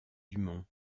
dumont